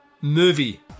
movie